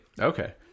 Okay